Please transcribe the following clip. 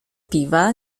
piwa